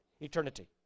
eternity